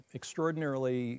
extraordinarily